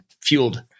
fueled